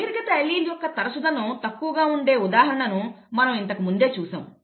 బహిర్గత allele యొక్క తరచుదనం తక్కువగా ఉండే ఉదాహరణను మనం ఇంతకు మునుపే చూసాము